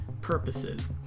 purposes